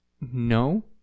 no